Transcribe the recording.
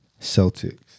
Celtics